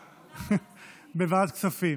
18,